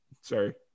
Sorry